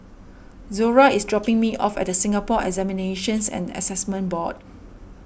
Zora is dropping me off at the Singapore Examinations and Assessment Board